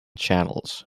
channels